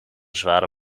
zware